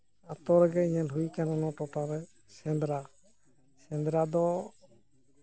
ᱟᱹᱛᱩ ᱨᱮᱜᱮ ᱧᱮᱞ ᱦᱩᱭ ᱠᱟᱱᱟ ᱱᱚᱣᱟ ᱴᱚᱴᱷᱟᱨᱮ ᱥᱮᱸᱫᱽᱨᱟ ᱥᱮᱸᱫᱽᱨᱟ ᱫᱚ